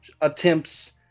attempts